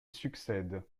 succède